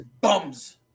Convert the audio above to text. bums